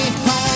home